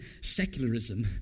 secularism